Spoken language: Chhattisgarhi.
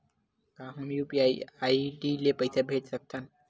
का हम यू.पी.आई आई.डी ले पईसा भेज सकथन?